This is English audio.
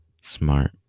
smart